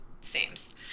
Seems